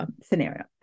Scenario